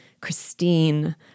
Christine